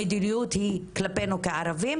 המדיניות היא כלפינו כערבים,